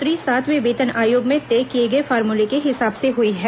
यह बढ़ोतरी सातवें वेतन आयोग में तय किए गए फॉर्मूलें के हिसाब से हुई है